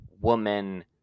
woman